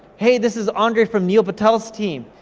hey, this is andre from neil patel's team.